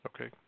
Okay